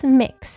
mix